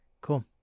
Cool